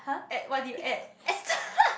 add what did you add